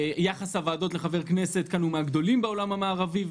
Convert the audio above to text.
יחס הוועדות לחבר כנסת כאן הוא מהגדולים בעולם המערבי.